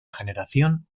generación